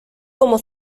como